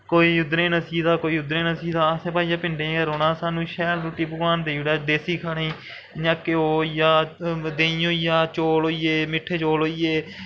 कोई उद्धरै गी नस्सी दा कोई उद्धरै गी नस्सी दा सानूं भाईया पिंडें च गै रौह्ना सानूं शैल रुट्टी भगवान देई ओड़ै देस्सी खैाने गी इयां ध्यो होइया देहीं होइया चोल होइयै मिट्ठे चौल होइयै